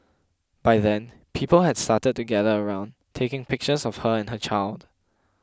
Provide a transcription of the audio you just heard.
by then people had started to gather around taking pictures of her and her child